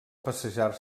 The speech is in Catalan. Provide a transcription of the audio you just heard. passejar